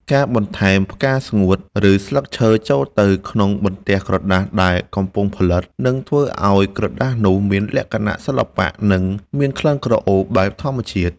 ការបន្ថែមផ្កាស្ងួត ឬ ស្លឹកឈើចូលទៅក្នុងបន្ទះក្រដាសដែលកំពុងផលិត នឹងធ្វើឱ្យក្រដាសនោះមានលក្ខណៈសិល្បៈ និង មានក្លិនក្រអូបបែបធម្មជាតិ។